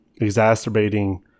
exacerbating